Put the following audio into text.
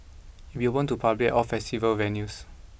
it will be open to public all festival venues